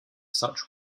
such